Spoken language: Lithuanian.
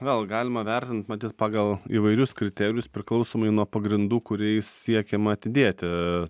vėl galima vertint matyt pagal įvairius kriterijus priklausomai nuo pagrindų kuriais siekiama atidėti